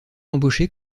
embaucher